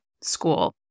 school